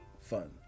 fun